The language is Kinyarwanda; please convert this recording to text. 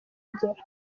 ugera